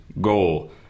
goal